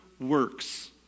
works